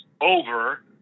over